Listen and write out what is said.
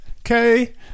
Okay